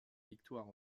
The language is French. victoire